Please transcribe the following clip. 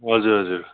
हजुर हजुर